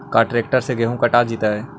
का ट्रैक्टर से गेहूं कटा जितै?